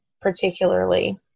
particularly